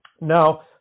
Now